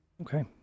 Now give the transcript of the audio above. Okay